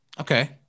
Okay